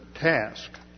task